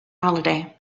holiday